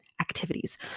activities